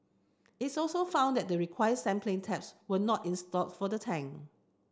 its also found that the required sampling taps were not installed for the tank